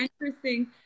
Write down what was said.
interesting